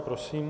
Prosím.